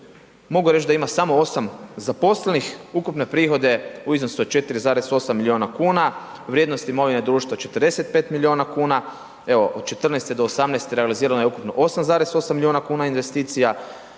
Mogu reć da ima samo 8 zaposlenih, ukupno prihode u iznosu od 4,8 milijuna kuna, vrijednost imovine društva 45 milijuna kuna, evo 2014. do 2018. je realizirano je ukupno 8,8 milijuna kuna, u 2019.